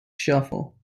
shuffle